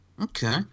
Okay